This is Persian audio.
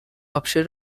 آپشن